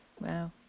Wow